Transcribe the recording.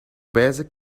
basic